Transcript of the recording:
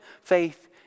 faith